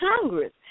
Congress